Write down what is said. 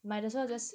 might as well just